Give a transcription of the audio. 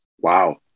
wow